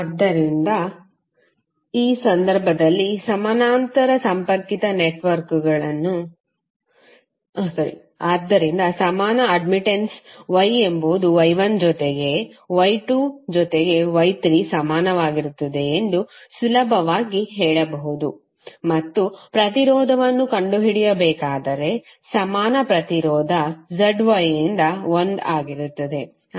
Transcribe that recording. ಆದ್ದರಿಂದ ಸಮಾನ admittance Y ಎಂಬುದು Y1 ಜೊತೆಗೆ Y2 ಜೊತೆಗೆ Y3 ಗೆ ಸಮಾನವಾಗಿರುತ್ತದೆ ಎಂದು ಸುಲಭವಾಗಿ ಹೇಳಬಹುದು ಮತ್ತು ಪ್ರತಿರೋಧವನ್ನು ಕಂಡುಹಿಡಿಯಬೇಕಾದರೆ ಸಮಾನ ಪ್ರತಿರೋಧ Z Y ಯಿಂದ 1 ಆಗಿರುತ್ತದೆ